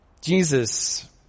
Jesus